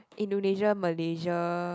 Indonesia Malaysia